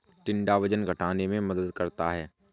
टिंडा वजन घटाने में मदद करता है